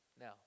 Now